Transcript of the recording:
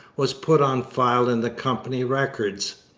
was put on file in the company records.